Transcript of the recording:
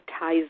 ties